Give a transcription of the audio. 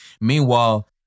Meanwhile